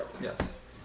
yes